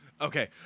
Okay